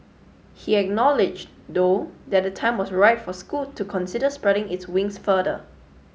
he acknowledged though that the time was right for Scoot to consider spreading its wings further